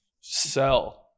sell